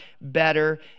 better